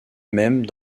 même